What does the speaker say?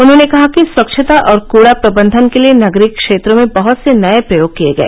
उन्होंने कहा कि स्वच्छता और कूड़ा प्रबंधन के लिए नगरीय क्षेत्रों में बहत से नये प्रयोग किए गए